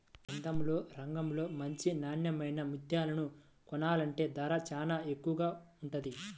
అందంలో, రంగులో మంచి నాన్నెమైన ముత్యాలను కొనాలంటే ధర చానా ఎక్కువగా ఉంటది